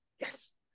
Yes